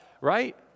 right